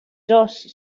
dust